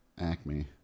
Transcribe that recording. Acme